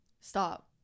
Stop